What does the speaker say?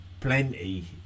plenty